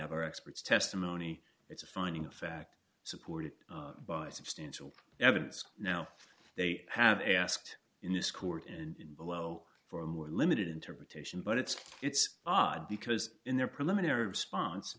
our experts testimony it's a finding of fact supported by substantial evidence now they have asked in this court and below for a more limited interpretation but it's it's odd because in their preliminary response